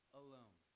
alone